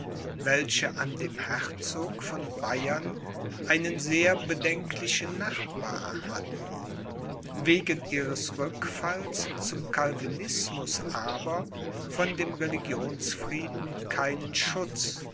welche an dem herzog von bayern einen sehr bedenklichen nachbar hatten wegen ihres rückfalls zum calvinismus aber von dem religionsfrieden keinen schutz